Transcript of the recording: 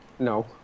no